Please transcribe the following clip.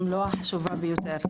אם לא החשובה ביותר.